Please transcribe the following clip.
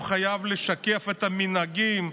הוא חייב לשקף את המנהגים,